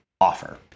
offer